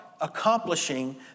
accomplishing